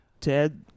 Ted